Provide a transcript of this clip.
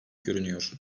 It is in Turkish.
görünüyor